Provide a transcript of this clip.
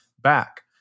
back